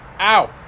ow